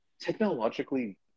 technologically